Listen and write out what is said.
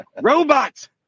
robots